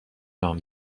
نام